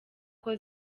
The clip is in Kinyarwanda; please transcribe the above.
uko